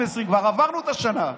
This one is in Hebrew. כבר עברנו את השנה,